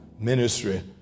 ministry